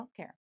healthcare